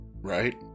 right